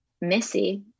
Missy